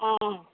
অঁ